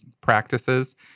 practices